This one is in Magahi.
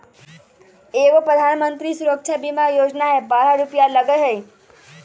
एगो प्रधानमंत्री सुरक्षा बीमा योजना है बारह रु लगहई?